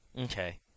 Okay